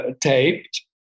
taped